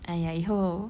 !aiya! 以后